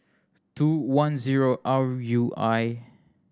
two one zero R U I